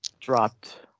Dropped